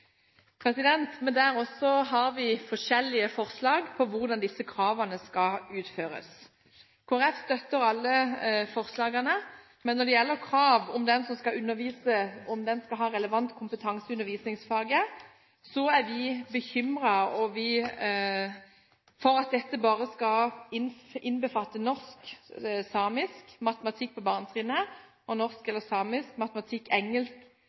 Der har vi forskjellige forslag på hvordan disse kravene skal utføres. Kristelig Folkeparti støtter alle forslagene, men når det gjelder krav om at den som skal undervise, skal ha relevant kompetanse i undervisningsfaget, er vi bekymret for at dette bare skal innbefatte norsk, samisk, matematikk på barnetrinnet og norsk eller samisk, matematikk,